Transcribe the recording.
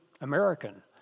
American